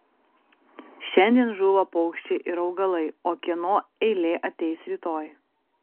šiandien žūva paukščiai ir augalai o kieno eilė ateis rytoj